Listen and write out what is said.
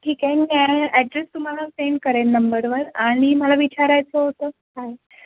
ठीक आहे मी ॲड्रेस तुम्हाला सेंड करेन नंबरवर आणि मला विचारायचं होतं काय